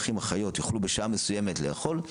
אחים ואחיות יוכלו בשעה מסוימת לאכול,